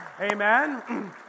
Amen